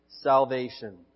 salvation